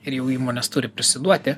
ir jau įmonės turi duoti